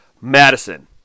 Madison